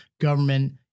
government